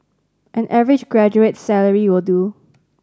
an average graduate's salary will do